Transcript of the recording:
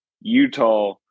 Utah